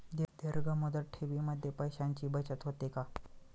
दीर्घ मुदत ठेवीमध्ये पैशांची बचत होते का?